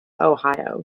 ohio